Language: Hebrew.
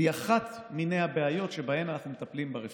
והיא אחת ממיני הבעיות שבהן אנחנו מטפלים ברפורמה,